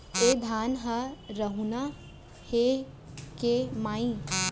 ए धान ह हरूना हे के माई?